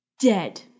dead